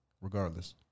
regardless